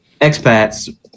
expats –